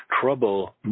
trouble